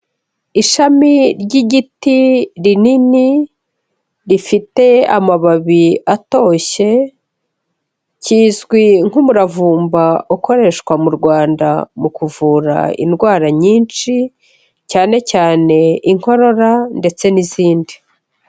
Ishami ry'igiti rinini rifite amababi atoshye, kizwi nk'umuravumba ukoreshwa mu Rwanda, mu kuvura indwara nyinshi, cyane cyane inkorora ndetse n'izindi.